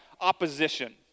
opposition